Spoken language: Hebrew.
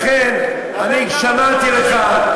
לכן שמעתי לך.